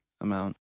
amount